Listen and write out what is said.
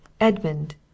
Edmund